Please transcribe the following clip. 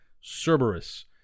Cerberus